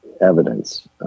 evidence